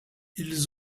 ils